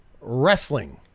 wrestling